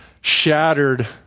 shattered